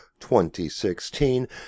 2016